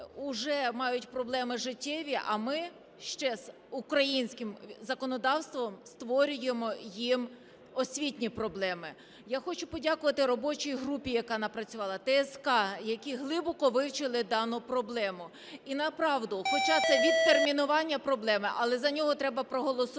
уже мають проблеми життєві, а ми ще українським законодавством створюємо їм освітні проблеми. Я хочу подякувати робочій групі, яка напрацювала, ТСК, які глибоко вивчили дану проблему. І направду, хоча це відтермінування проблеми, але за нього треба проголосувати.